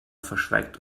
verschweigt